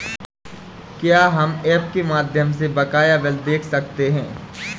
क्या हम ऐप के माध्यम से बकाया बिल देख सकते हैं?